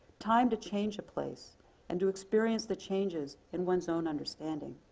time to change a place and to experience the changes in one's own understanding.